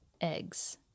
eggs